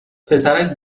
پسرک